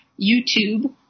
YouTube